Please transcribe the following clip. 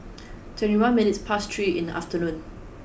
twenty one minutes past three in the afternoon